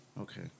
okay